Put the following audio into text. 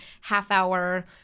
half-hour